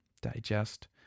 digest